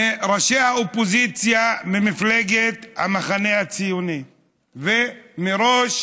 מראשי האופוזיציה, ממפלגת המחנה הציוני ומראש